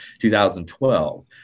2012